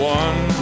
one